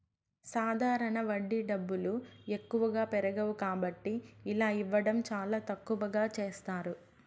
సాధారణ వడ్డీ డబ్బులు ఎక్కువగా పెరగవు కాబట్టి ఇలా ఇవ్వడం చాలా తక్కువగా చేస్తారు